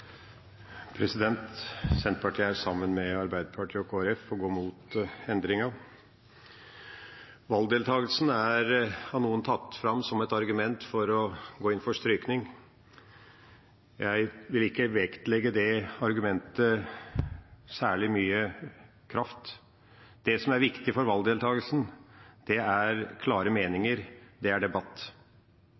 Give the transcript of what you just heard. av noen tatt fram som et argument for å gå inn for strykning. Jeg vil ikke vektlegge det argumentet med særlig mye kraft. Det som er viktig for valgdeltakelsen, er klare meninger,